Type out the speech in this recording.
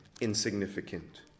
insignificant